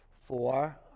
Four